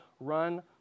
run